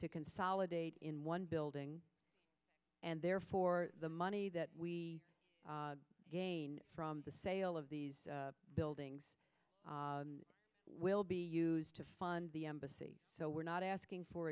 to consolidate in one building and therefore the money that we gain from the sale of these buildings will be used to fund the embassy so we're not asking for